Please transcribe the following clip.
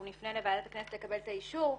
אנחנו נפנה לוועדת הכנסת לקבלת האישור.